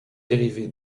dérivé